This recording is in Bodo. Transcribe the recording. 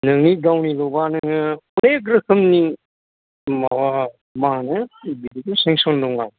नोंनि गावनि ल'बा नोङो अनेक रोखोमनि माबा मा होनो बिदिबो सेंस'न दङ